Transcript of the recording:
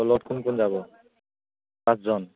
তোৰ লগত কোন কোন যাব পাঁচজন